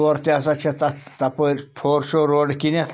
تور تہِ ہَسا چھِ تَتھ تَپٲرۍ فور شور روڈ کِنٮ۪تھ